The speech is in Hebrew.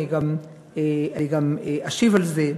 ואני גם אשיב על זה,